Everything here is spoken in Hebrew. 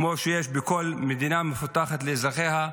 כמו שיש בכל מדינה מפותחת לאזרחיה,